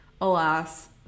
alas